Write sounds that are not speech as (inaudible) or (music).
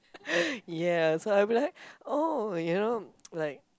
(breath) ya so I'll be like oh you know like